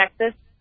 Texas